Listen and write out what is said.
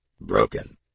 broken